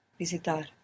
Visitar